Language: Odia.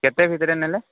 କେତେ ଭିତରେ ନେଲେ